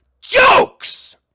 JOKES